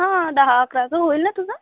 हां दहा अकरा जाऊ होईल न तुझं